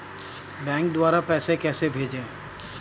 Bank द्वारा पैसे कैसे भेजें?